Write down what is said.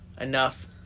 enough